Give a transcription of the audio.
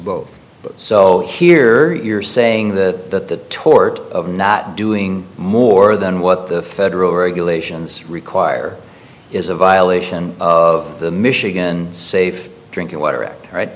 both so here you're saying that tort of not doing more than what the federal regulations require is a violation of the michigan safe drinking water act right